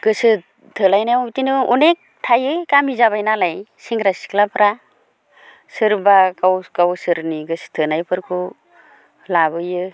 गोसो थोलायनायाव इदिनो अनेख थायो गामि जाबाय नालाय सेंग्रा सिख्लाफ्रा सोरबा गाव गावसोरनि गोसथोनायफोरखौ लाबोयो